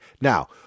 Now